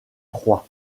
proies